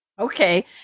Okay